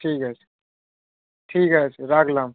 ঠিক আছে ঠিক আছে রাখলাম